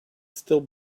still